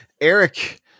Eric